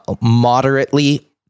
moderately